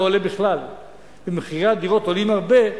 עולה בכלל ומחירי הדירות עולים הרבה,